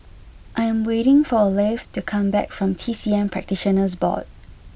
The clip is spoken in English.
I am waiting for Leif to come back from T C M Practitioners Board